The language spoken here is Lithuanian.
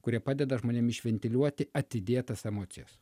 kurie padeda žmonėm išventiliuoti atidėtas emocijas